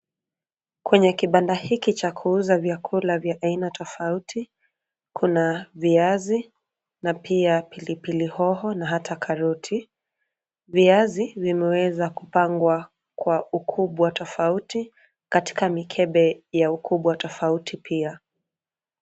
Kwenye kibanda hiki cha kuuza vyakula vya aina tofauti. kuna viazi na pia pilipili hoho na hata karoti. Viazi vimeweza kupangwa kwa ukubwa tofauti, katika mikebe ya ukubwa tofauti pia.